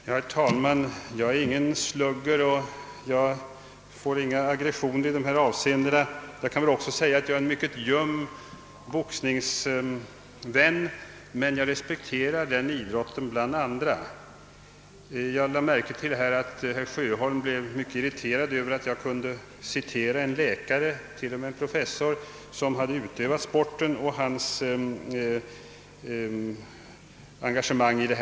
Herr talman! Jag är ingen slugger och behöver därför inte ge uttryck för några aggressioner i dessa avseenden. Jag är också en mycket ljum boxningsvän, men jag respekterar den idrotten bland andra. Jag lade märke till att herr Sjöholm blev mycket irriterad över att jag kunde citera vad en läkare, t.o.m. en professor, som hade utövat sporten, skrev om sitt engagemang.